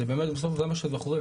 זה באמת בסוף זה מה שבוחרים,